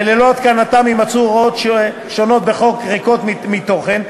וללא התקנתן יימצאו הוראות שונות בחוק ריקות מתוכן,